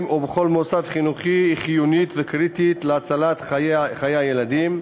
ובכל מוסד חינוכי היא חיונית וקריטית להצלת חיי ילדים.